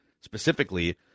specifically